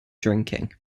drinking